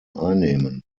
einnehmen